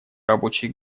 рабочей